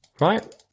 right